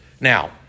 Now